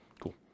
Cool